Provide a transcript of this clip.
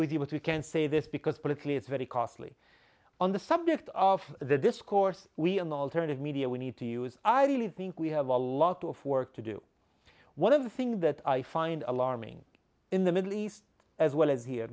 with you but we can't say this because politically it's very costly on the subject of the discourse we are not alternative media we need to use i really think we have a lot of work to do one of the thing that i find alarming in the middle east as well as here